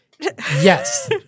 Yes